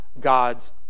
God's